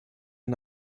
ein